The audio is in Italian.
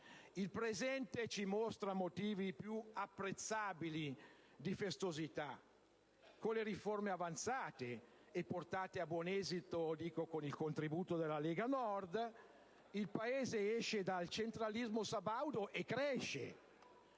Il presente ci mostra motivi più apprezzabili di festosità. Con le riforme avanzate e portate a buon esito con il contributo della Lega Nord, il Paese esce dal centralismo sabaudo e cresce;